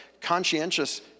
conscientious